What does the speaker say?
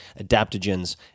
adaptogens